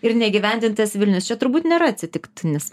ir neįgyvendintas vilnius čia turbūt nėra atsitiktinis